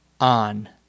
on